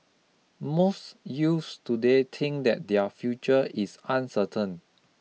most youth today think that their future is uncertain